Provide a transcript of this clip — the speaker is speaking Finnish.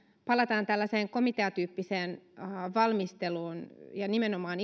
palataan tällaiseen komiteatyyppiseen valmisteluun ja nimenomaan